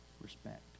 respect